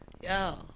Yo